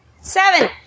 Seven